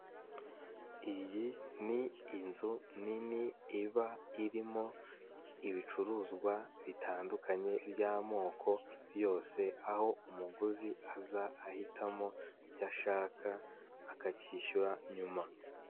Iyi ni inzu nini iba irimo ibicuruzwa bitandukanye by'amoko yose, aho umuguzi aza ahitamo icyo ashaka akacyishyura nyuma.